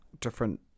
different